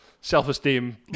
self-esteem